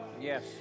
Yes